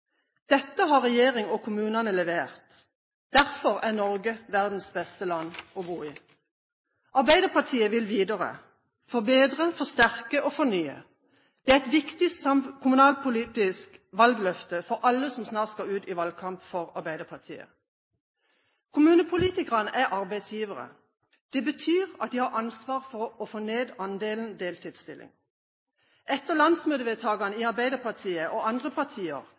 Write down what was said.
Dette har regjeringen og kommunene levert. Derfor er Norge verdens beste land å bo i. Arbeiderpartiet vil videre – forbedre, forsterke og fornye. Det er et viktig kommunalpolitisk valgløfte for alle som snart skal ut i valgkamp for Arbeiderpartiet. Kommunepolitikere er arbeidsgivere. Det betyr at de har ansvar for å få ned andelen deltidsstillinger. Etter landsmøtevedtak i Arbeiderpartiet og andre partier